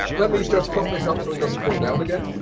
let me just prop this up so it doesn't fall down again.